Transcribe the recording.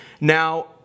Now